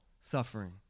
suffering